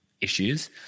issues